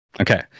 Okay